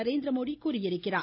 நரேந்திரமோடி கூறியிருக்கிறார்